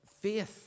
faith